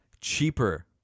cheaper